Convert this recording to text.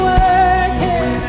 working